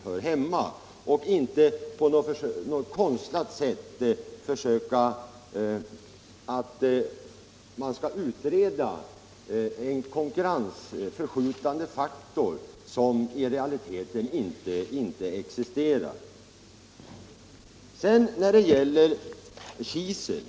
Man skall inte på något konstlat sätt göra en utredning om en konkurrensförskjutande faktor som i realiteten inte existerar. Så till frågan om kisel.